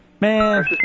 Man